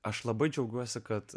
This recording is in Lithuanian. aš labai džiaugiuosi kad